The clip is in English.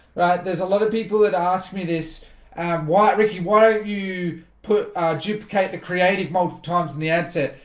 there's a lot of people that ask me this why tricky? why don't you put do okay at the creative multiple times in the ad set?